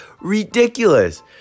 ridiculous